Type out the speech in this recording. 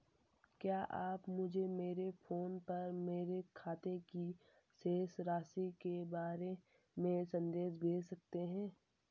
क्या आप मुझे मेरे फ़ोन पर मेरे खाते की शेष राशि के बारे में संदेश भेज सकते हैं?